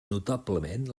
notablement